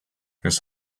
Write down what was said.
his